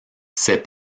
ces